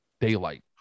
daylight